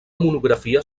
monografia